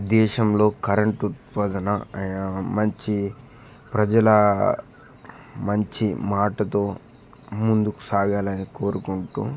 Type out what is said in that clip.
దేశంలో కరెంటు ఉత్పాదన మంచి ప్రజల మంచి మాటతో ముందుకు సాగాలని కోరుకుంటు